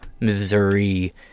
Missouri